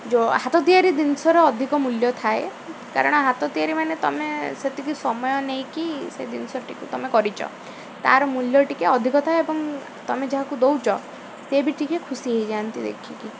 ଯେଉଁ ହାତ ତିଆରି ଜିନିଷର ଅଧିକ ମୂଲ୍ୟ ଥାଏ କାରଣ ହାତ ତିଆରି ମାନେ ତୁମେ ସେତିକି ସମୟ ନେଇକି ସେ ଜିନିଷଟିକୁ ତୁମେ କରିଛ ତା'ର ମୂଲ୍ୟ ଟିକେ ଅଧିକ ଥାଏ ଏବଂ ତମେ ଯାହାକୁ ଦଉଛ ସେ ବି ଟିକେ ଖୁସି ହେଇଯାଆନ୍ତି ଦେଖିକି